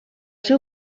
ser